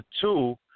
two